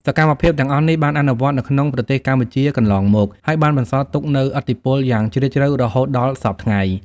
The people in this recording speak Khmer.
សកម្មភាពទាំងអស់នេះ បានអនុវត្តនៅក្នុងប្រទេសកម្ពុជាកន្លងមក ហើយបានបន្សល់ទុកនូវឥទ្ធិពលយ៉ាងជ្រាលជ្រៅរហូតដល់សព្វថ្ងៃ។